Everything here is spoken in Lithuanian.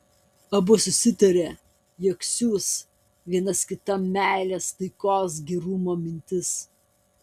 abu susitarė jog siųs vienas kitam meilės taikos gerumo mintis